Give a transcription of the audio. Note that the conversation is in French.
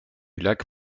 lac